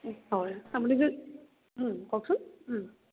হয় আপুনি যে কওকচোন